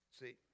See